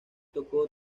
tocó